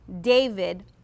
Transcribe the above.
David